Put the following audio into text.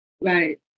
right